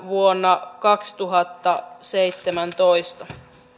vuonna kaksituhattaseitsemäntoista